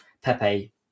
Pepe